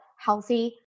Healthy